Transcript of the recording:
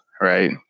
Right